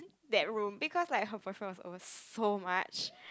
that room because like her boyfriend was over so much